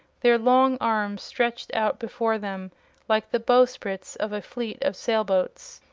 their long arms stretched out before them like the bowsprits of a fleet of sail-boats.